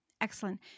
Excellent